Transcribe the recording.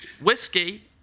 whiskey